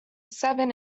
seven